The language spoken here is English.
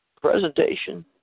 Presentation